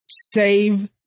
save